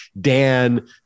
Dan